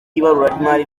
ibaruramari